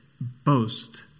boast